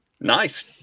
Nice